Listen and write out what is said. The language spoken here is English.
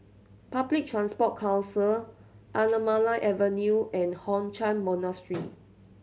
Public Transport Council Anamalai Avenue and Hock Chuan Monastery